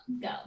Go